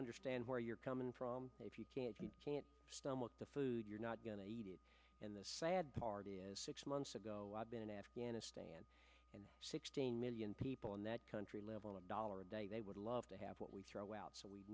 understand where you're coming from if you can't stomach the food you're not going to eat it and the sad part is six months ago i've been in afghanistan and sixteen million people in that country level a dollar a day they would love to have what we throw out so we